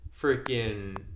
freaking